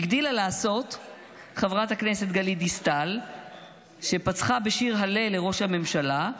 הגדילה לעשות חברת הכנסת גלית דיסטל שפצחה בשיר הלל לראש הממשלה,